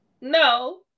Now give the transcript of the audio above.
no